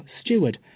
Steward